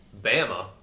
Bama